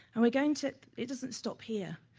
and we're going to it it doesn't stop here,